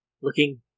looking